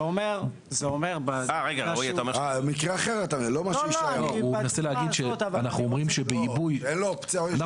זה מקרה אחר --- אין לו אופציה --- אנחנו